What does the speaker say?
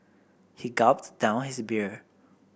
he gulped down his beer